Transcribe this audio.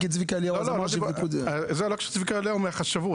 זוהי בדיוק השאלה: אילו חסמים עוד יש,